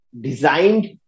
designed